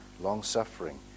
long-suffering